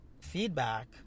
feedback